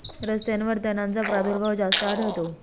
रस्त्यांवर तणांचा प्रादुर्भाव जास्त आढळतो